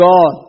God